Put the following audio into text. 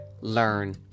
Learn